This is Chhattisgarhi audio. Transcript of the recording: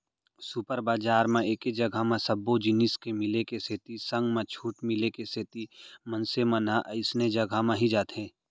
सुपर बजार म एके जघा म सब्बो जिनिस के मिले के सेती संग म छूट मिले के सेती मनसे मन ह अइसने जघा म ही जाथे